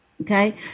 Okay